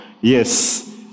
Yes